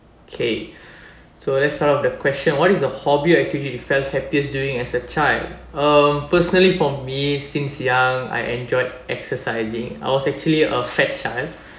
okay so let's start off the question what is a hobby actually felt happiest during as a child uh personally for me since young I enjoy exercising I was actually a fat child